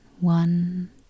one